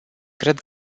cred